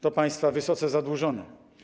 To państwa wysoce zadłużone.